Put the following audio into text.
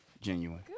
genuine